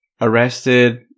arrested